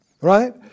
Right